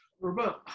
Robert